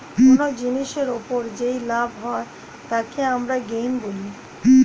কোন জিনিসের ওপর যেই লাভ হয় তাকে আমরা গেইন বলি